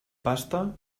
pasta